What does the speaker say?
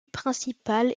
principal